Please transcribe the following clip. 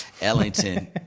Ellington